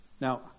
Now